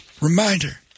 Reminder